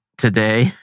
today